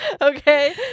Okay